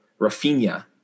Rafinha